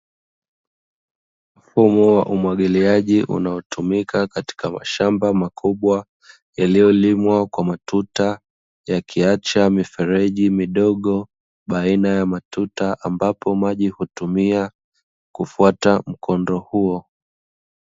Mfumo wa umwagiliaji unaotumika katika mashamba makubwa yaliyolimwa kwa matuta, yakiacha mifereji midogo baina ya matuta, ambapo maji hutumia kufuata mkondo huo.